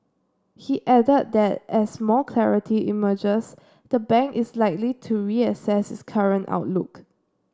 he added that as more clarity emerges the bank is likely to reassess its current outlook